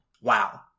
Wow